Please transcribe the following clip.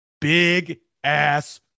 big-ass